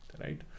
right